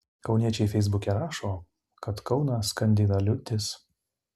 kauniečiai feisbuke rašo kad kauną skandina liūtis